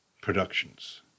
productions